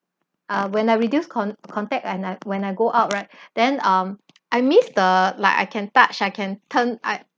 uh when I reduce con~ contact and I when I go out right then um I miss the like I can touch I can turn I